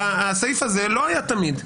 הסעיף הזה לא היה תמיד.